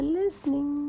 listening